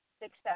Success